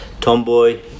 Tomboy